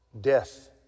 death